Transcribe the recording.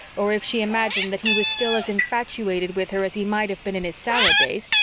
or if she imagined that he was still as infatuated with her as he might have been in his salad days,